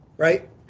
right